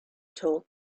told